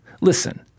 Listen